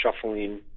shuffling